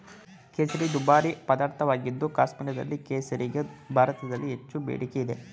ಕೇಸರಿ ದುಬಾರಿ ಪದಾರ್ಥವಾಗಿದ್ದು ಕಾಶ್ಮೀರದ ಕೇಸರಿಗೆ ಭಾರತದಲ್ಲಿ ಹೆಚ್ಚು ಬೇಡಿಕೆ ಇದೆ